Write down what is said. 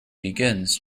begins